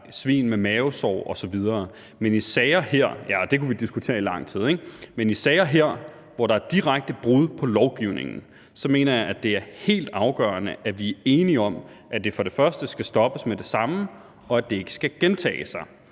Men i sager som dem her, hvor der er direkte brud på lovgivningen, mener jeg, at det er helt afgørende, at vi er enige om, at det for det første skal stoppes med det samme, og at det for det andet ikke skal gentage sig.